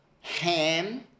ham